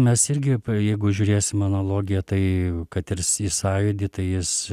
mes irgi jeigu žiūrėsim analogiją tai kad irs į sąjūdį tai jis